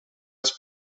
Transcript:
els